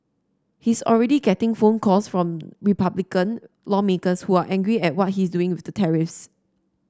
he's already getting phone calls from Republican lawmakers who are angry at what he doing with tariffs